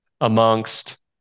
amongst